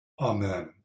Amen